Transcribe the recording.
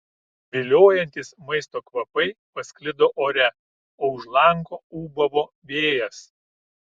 viliojantys maisto kvapai pasklido ore o už lango ūbavo vėjas